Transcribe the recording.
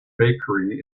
bakery